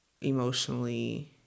emotionally